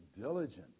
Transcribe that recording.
diligent